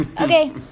Okay